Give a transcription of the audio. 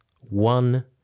One